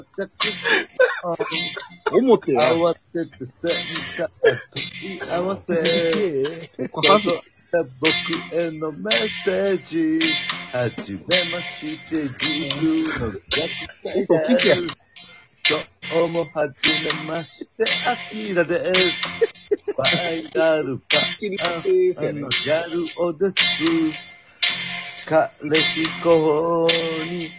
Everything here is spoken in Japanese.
慌ててセンサーを合わせて、 僕へのメッセージ。初めまして、自由のジャッキ。どうも初めまして、アキラです。 ファイナルパークへのジャルをです。彼氏候補に